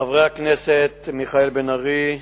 חברי הכנסת מיכאל בן-ארי,